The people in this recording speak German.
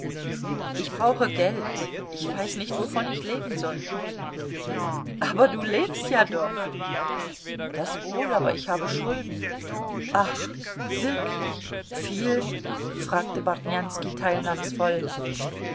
ich brauche geld ich weiß nicht wovon ich leben soll aber du lebst ja doch das wohl aber ich habe schulden ach wirklich viel fragte bartnjanski teilnahmsvoll